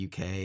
UK